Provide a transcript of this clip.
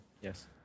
yes